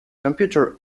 computer